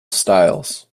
styles